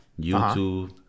YouTube